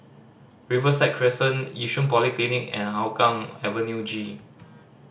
Riverside Crescent Yishun Polyclinic and Hougang Avenue G